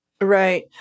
Right